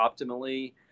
optimally